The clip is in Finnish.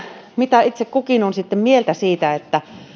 mitä itse kukin on sitten mieltä siitä